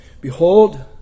behold